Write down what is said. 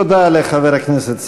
תודה לחבר הכנסת סעדי.